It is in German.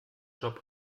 job